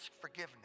forgiveness